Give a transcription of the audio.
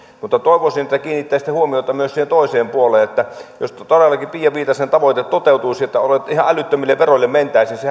mutta toivoisin että kiinnittäisitte huomiota myös siihen toiseen puoleen että jos todellakin tuo pia viitasen tavoite toteutuisi että ihan älyttömille veroille mentäisiin